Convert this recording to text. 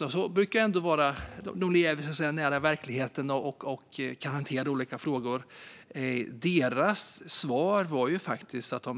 Jordbruksverket lever så att säga nära verkligheten och kan hantera olika frågor. De avstyrkte faktiskt detta.